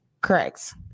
Correct